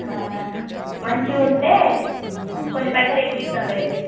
మంచిగా ఉంటే కొన్ని పైసలు ఎక్కువ ఇస్తాంలేర్రి